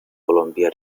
columbia